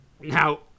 Now